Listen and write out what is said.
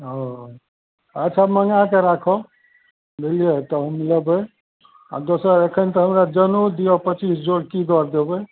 हँ अच्छा मँगाय के राखब बुझलियै तब हम लेबय आओर दोसर एखन तऽ हमरा जनोउ दिअ पचीस जोड़ की दर देबय